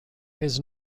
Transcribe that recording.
his